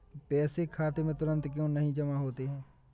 पैसे खाते में तुरंत क्यो नहीं जमा होते हैं?